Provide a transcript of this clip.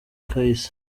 kahise